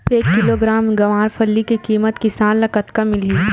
एक किलोग्राम गवारफली के किमत किसान ल कतका मिलही?